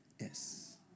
Yes